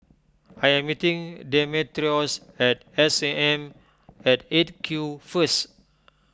I am meeting Demetrios at S A M at eight Q first